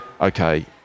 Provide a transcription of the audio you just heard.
okay